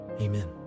amen